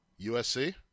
USC